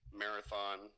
marathon